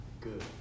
good